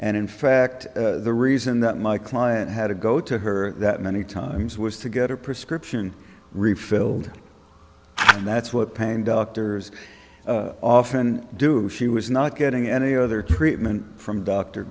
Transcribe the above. and in fact the reason that my client had to go to her that many times was to get a prescription refilled and that's what pain doctors often do if she was not getting any other treatment from d